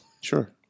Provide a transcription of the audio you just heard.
Sure